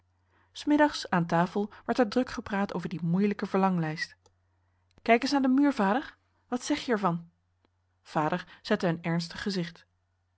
s middags aan tafel werd er druk gepraat over die moeilijke verlanglijst kijk eens naar den muur vader wat zeg je er van vader zette een ernstig gezicht